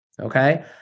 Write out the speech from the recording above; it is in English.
okay